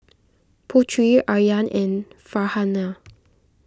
Putri Aryan and Farhanah